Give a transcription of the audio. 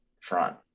front